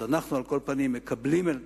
אז אנחנו, על כל פנים, אנחנו מקבלים על